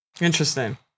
Interesting